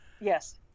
Yes